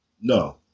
no